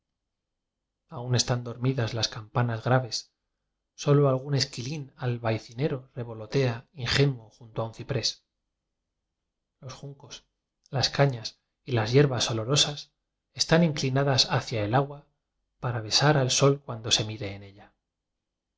aún están dormidas las campanas gra ves solo algún esquilín albaycinero revolo tea ingenuo junto a un ciprés los juncos las cañas y las yerbas oloro sas están inclinadas hacia el agua para be sar al sol cuando se mire en ella